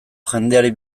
jendeari